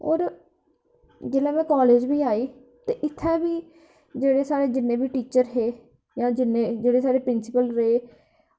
होर जिसले में कालेज बी आई ते इत्थै बी जेह्ड़े साढ़े जिन्ने बी टीचर हे जां जि'नें साढ़े प्रिंसीपल हे